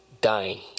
dying